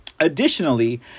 Additionally